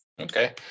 Okay